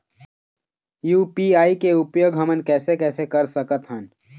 UPI के उपयोग हमन कैसे कैसे कर सकत हन?